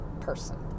person